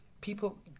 People